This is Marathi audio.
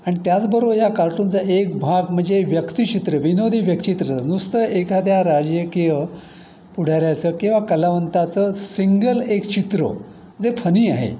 आणि त्याचबरोबर या कार्टूनचा एक भाग म्हणजे व्यक्तिचित्र विनोदी व्यक्तिचित्रच नुसतं एखाद्या राजकीय पुढ्याऱ्याचं किंवा कलावंताचं सिंगल एक चित्र जे फनी आहे